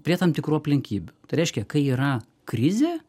prie tam tikrų aplinkybių tai reiškia kai yra krizė